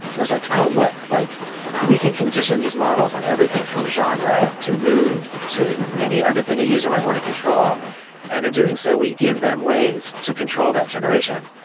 and it's like, oh, look. like we can condition these models on everything from genre, to mood, to any other thing a user might want to control and in doing so we give them ways to control that generation.